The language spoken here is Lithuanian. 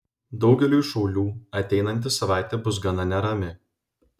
daugeliui šaulių ateinanti savaitė bus gana nerami